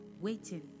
waiting